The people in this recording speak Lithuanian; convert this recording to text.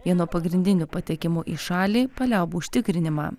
vieno pagrindinių patekimų į šalį paliaubų užtikrinimą